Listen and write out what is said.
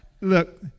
look